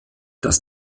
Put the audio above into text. dass